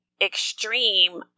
extreme